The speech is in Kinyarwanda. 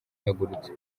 ihagurutse